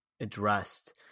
addressed